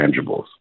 tangibles